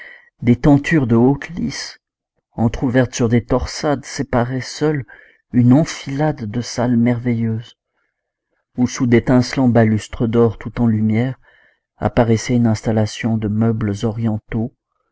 des tentures de haute lice entr'ouvertes sur des torsades séparaient seules une enfilade de salles merveilleuses où sous d'étincelants balustres d'or tout en lumières apparaissait une installation de meubles orientaux